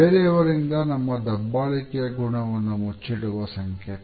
ಬೇರೆಯವರಿಂದ ನಮ್ಮ ದಬ್ಬಾಳಿಕೆಯ ಗುಣವನ್ನು ಮುಚ್ಚಿಡುವ ಸಂಕೇತ